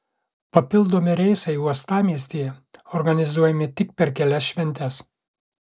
papildomi reisai uostamiestyje organizuojami tik per kelias šventes